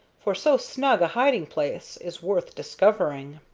for so snug a hiding-place is worth discovering.